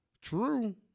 True